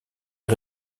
est